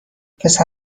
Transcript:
پسر